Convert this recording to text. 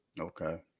Okay